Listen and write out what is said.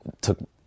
took